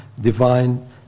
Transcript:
divine